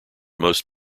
most